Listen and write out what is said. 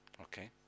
Okay